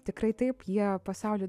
tikrai taip jie pasaulį